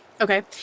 Okay